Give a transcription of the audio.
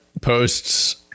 posts